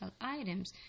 items